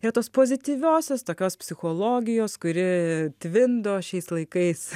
yra tos pozityviosios tokios psichologijos kuri tvindo šiais laikais